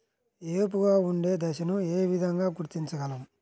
ఏపుగా ఉండే దశను ఏ విధంగా గుర్తించగలం?